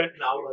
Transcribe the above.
Now